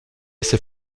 ses